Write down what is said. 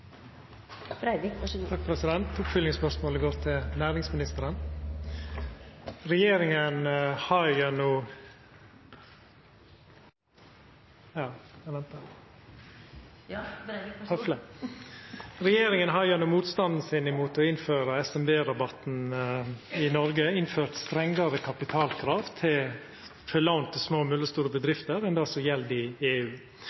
næringsministeren. Regjeringa har gjennom motstanden sin mot å innføra SMB-rabatten i Noreg innført strengare kapitalkrav for lån til små og mellomstore bedrifter enn det som gjeld i EU.